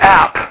app